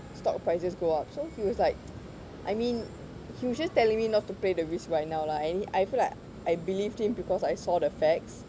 stock prices go up so he was like I mean he was just telling me not to play the risk right now lah and I I feel like I believed him because I saw the facts